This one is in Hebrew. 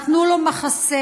נתנו לו מחסה,